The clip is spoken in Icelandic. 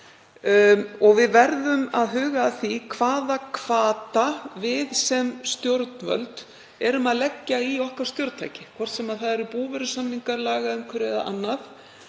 og við verðum að huga að því hvaða hvata við sem stjórnvöld erum að leggja í okkar stjórntæki, hvort sem það eru búvörusamningar, lagaumhverfi eða annað,